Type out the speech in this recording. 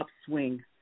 upswing